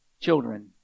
children